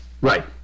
Right